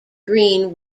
green